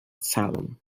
salem